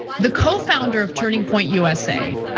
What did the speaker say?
the co-founder of turning point usa,